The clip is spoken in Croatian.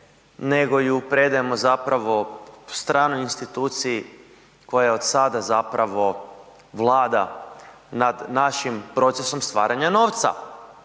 nego ju predajemo zapravo stranoj instituciji koja od sada zapravo vlada nad našim procesom stvaranja novca.